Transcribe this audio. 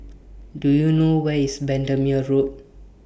Do YOU know Where IS Bendemeer Road